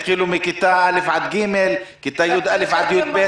התחילו עם ילדים בכיתות א' ג' ובכיתות י"א י"ב.